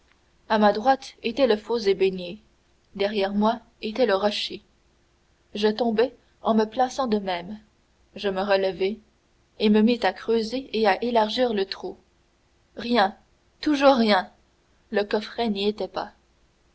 à ma droite était le faux ébénier derrière moi était le rocher je tombai en me plaçant de même je me relevai et me mis à creuser et à élargir le trou rien toujours rien le coffret n'y était pas